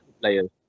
players